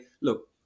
look